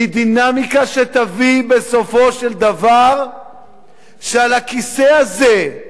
היא דינמיקה שתביא בסופו של דבר שעל הכיסא הזה,